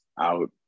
out